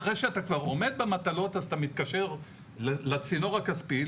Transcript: אחרי שאתה כבר עומד במטלות אתה מתקשר לצינור הכספי,